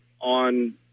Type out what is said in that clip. on